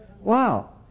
Wow